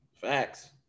facts